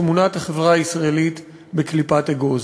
תמונת החברה הישראלית בקליפת אגוז,